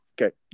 Okay